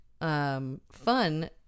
fun